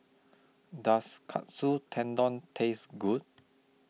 Does Katsu Tendon Taste Good